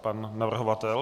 Pan navrhovatel?